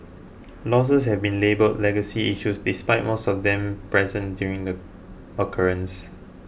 losses have been labelled legacy issues despite most of them present during the occurrence